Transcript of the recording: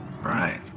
Right